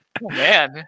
man